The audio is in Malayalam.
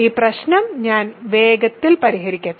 ഈ പ്രശ്നം ഞാൻ വേഗത്തിൽ പരിഹരിക്കട്ടെ